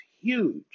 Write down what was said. huge